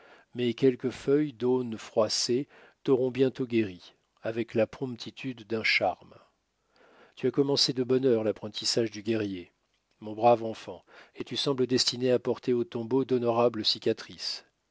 mais quelques feuilles d'aune froissées t'auront bientôt guéri avec la promptitude d'un charme tu as commencé de bonne heure l'apprentissage du guerrier mon brave enfant et tu sembles destiné à porter au tombeau d'honorables cicatrices